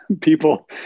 people